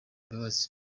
imbabazi